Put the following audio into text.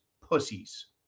pussies